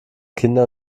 kinder